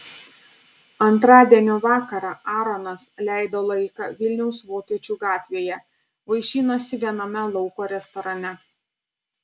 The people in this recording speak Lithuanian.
antradienio vakarą aaronas leido laiką vilniaus vokiečių gatvėje vaišinosi viename lauko restorane